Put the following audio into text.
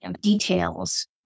details